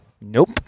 nope